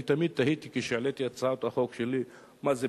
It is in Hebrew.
אני תמיד תהיתי כשהעליתי הצעות חוק שלי מה זה,